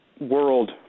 world